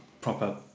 proper